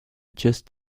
just